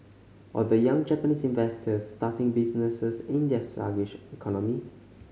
or the young Japanese inventors starting businesses in their sluggish economy